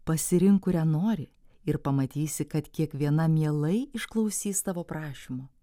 pasirink kurią nori ir pamatysi kad kiekviena mielai išklausys tavo prašymų